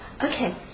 okay